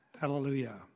Hallelujah